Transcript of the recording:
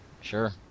Sure